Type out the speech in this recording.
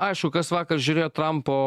aišku kas vakar žiūrėjo trampo